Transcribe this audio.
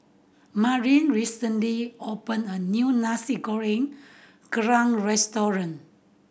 Madilyn recently opened a new Nasi Goreng Kerang restaurant